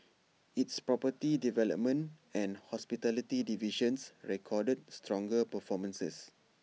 its property development and hospitality divisions recorded stronger performances